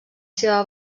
seva